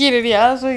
never